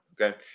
okay